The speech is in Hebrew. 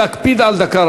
רבותי, להקפיד על דקה.